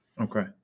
Okay